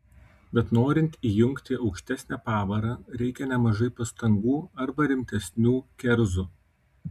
bet norint įjungti aukštesnę pavarą reikia nemažai pastangų arba rimtesnių kerzų